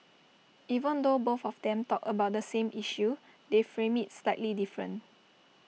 even though both of them talked about the same issue they framed IT slightly different